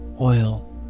oil